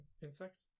insects